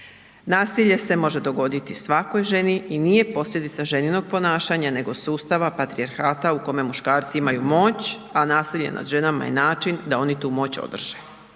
Nasilje se može dogoditi svakoj ženi i nije posljedica ženinog ponašanja nego sustava patrijarhata u kome muškarci imaju moć, a nasilje nad ženama je način da oni tu moć održe.